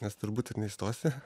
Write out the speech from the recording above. nes turbūt ir neįstosi